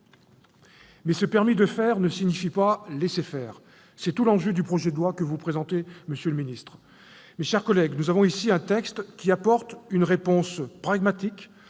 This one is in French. Mais ce permis de faire ne signifie pas laisser-faire ! C'est tout l'enjeu du projet de loi que vous présentez, monsieur le ministre. Mes chers collègues, nous avons ici un texte qui apporte une réponse pragmatique